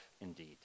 indeed